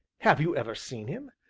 have you ever seen him?